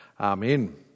Amen